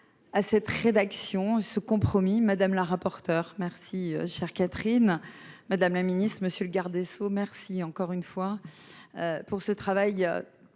à cette rédaction ce compromis Madame la rapporteure merci Chère Catherine, Madame la Ministre, Monsieur le garde des Sceaux, merci encore une fois, pour ce travail,